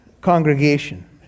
congregation